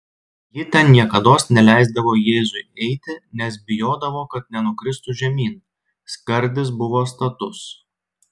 ji ten niekados neleisdavo jėzui eiti nes bijodavo kad nenukristų žemyn skardis buvo status